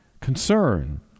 concern